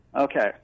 Okay